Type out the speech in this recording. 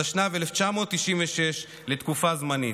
התשנ"ו 1996, לתקופה זמנית.